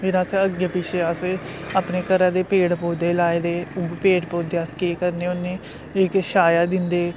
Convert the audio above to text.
फिर अस अग्गे पिछे अस अपने घरा दे पेड़ पौधे लाए दे ओह् पेड़ पौधे अस केह् करने होन्ने जेह्के छाया दिंदे